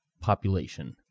population